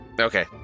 Okay